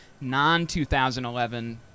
non-2011